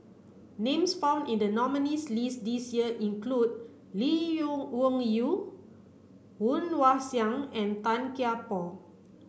names found in the nominees' list this year include Lee Yew Wung Yew Woon Wah Siang and Tan Kian Por